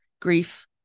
grief